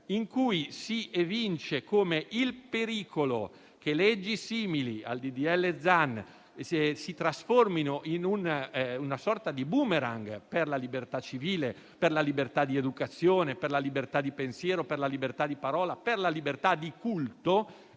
in cui si evince come il pericolo che leggi simili al disegno di legge Zan si trasformino in un una sorta di *boomerang* per la libertà civile, per la libertà di educazione, per la libertà di pensiero, per la libertà di parola, per la libertà di culto